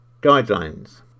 guidelines